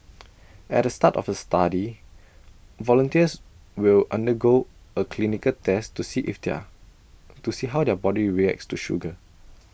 at the start of the study volunteers will undergo A clinical test to see if there to see how their body reacts to sugar